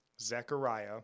Zechariah